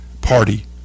party